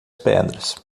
pedras